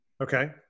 Okay